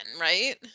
right